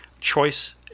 choice